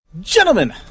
Gentlemen